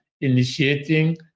initiating